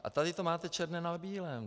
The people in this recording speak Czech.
A tady to máte černé na bílém.